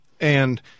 And-